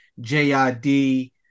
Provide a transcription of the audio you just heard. JID